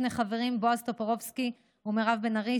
שני חברים: בועז טופורובסקי ומירב בן ארי,